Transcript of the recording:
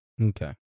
Okay